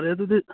ꯐꯔꯦ ꯑꯗꯨꯗꯤ